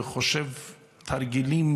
וחושב על תרגילים